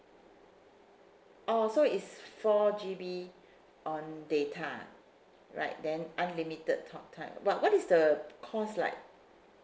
oh so it's four G_B on data right then unlimited talk time but what is the cost like